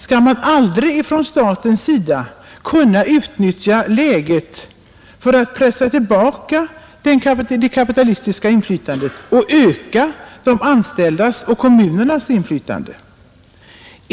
Skall staten aldrig kunna utnyttja läget för att pressa tillbaka det kapitalistiska inflytandet och öka de anställdas och kommunernas inflytande?